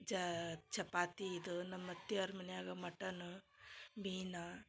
ಜಾ ಚಪಾತಿ ಇದು ನಮ್ಮ ಅತ್ತಿಯವರು ಮನ್ಯಾಗ ಮಟನು ಮೀನು